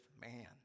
man